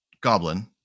Goblin